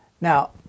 Now